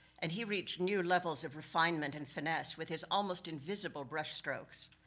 and he reached new levels of refinement and finesse with his almost invisible brush strokes,